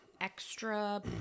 extra